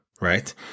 right